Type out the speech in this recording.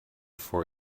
for